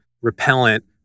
repellent